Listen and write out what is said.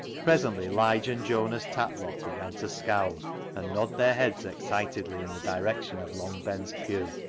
presently lige and jonas tatlock began to scowl and nod their heads excitedly in the direction of long ben's pew,